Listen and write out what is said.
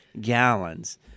gallons